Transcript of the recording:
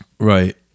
Right